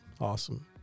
Awesome